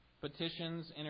Petitions